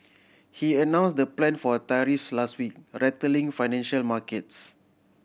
he announce the plan for tariffs last week rattling financial markets